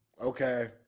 okay